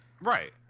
right